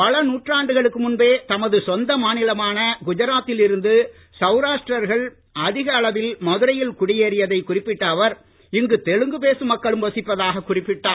பல நூற்றாண்டுகளுக்கு முன்பே தமது சொந்த மாநிலமான குஜராத்தில் இருந்து சவுராஷ்டிரர்கள் அதிகளவில் மதுரையில் குடியேறியதை குறிப்பிட்ட அவர் இங்கு தெலுங்கு பேசும் மக்களும் வசிப்பதாக குறிப்பிட்டார்